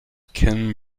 ken